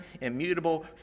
immutable